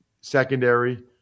secondary